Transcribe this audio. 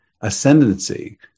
Ascendancy